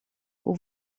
hoe